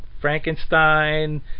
Frankenstein